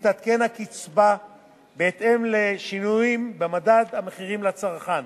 תתעדכן הקצבה בהתאם לשינויים במדד המחירים לצרכן.